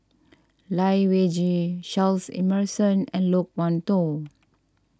Lai Weijie Charles Emmerson and Loke Wan Tho